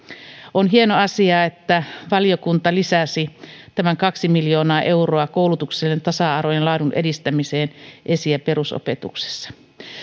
on hieno asia että valiokunta lisäsi kaksi miljoonaa euroa koulutuksen tasa arvon ja laadun edistämiseen esi ja perusopetuksessa